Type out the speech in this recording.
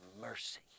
mercy